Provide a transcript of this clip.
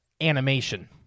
animation